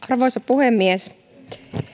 arvoisa puhemies